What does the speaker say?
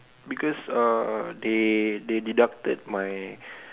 because uh they they deducted my